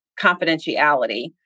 confidentiality